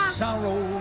sorrow